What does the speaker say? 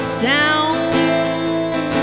sound